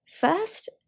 first